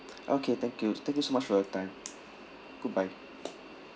okay thank you thank you so much for your time goodbye